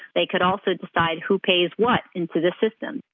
they could also decide who pays what into the system,